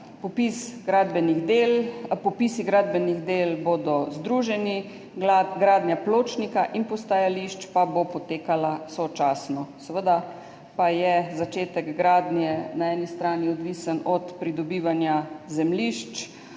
Popisi gradbenih del bodo združeni, gradnja pločnika in postajališč pa bo potekala sočasno. Seveda pa je začetek gradnje na eni strani odvisen od pridobivanja zemljišč,